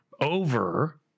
over